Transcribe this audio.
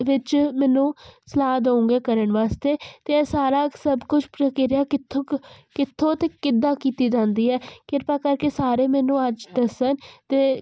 ਵਿੱਚ ਮੈਨੂੰ ਸਲਾਹ ਦਊਂਗੇ ਕਰਨ ਵਾਸਤੇ ਅਤੇ ਇਹ ਸਾਰਾ ਸਭ ਕੁਛ ਪ੍ਰਕਿਰਿਆ ਕਿੱਥੋਂ ਕ ਕਿੱਥੋਂ ਅਤੇ ਕਿੱਦਾਂ ਕੀਤੀ ਜਾਂਦੀ ਹੈ ਕਿਰਪਾ ਕਰਕੇ ਸਾਰੇ ਮੈਨੂੰ ਅੱਜ ਦੱਸਣ ਤੇ